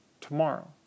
tomorrow